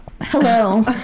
Hello